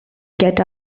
get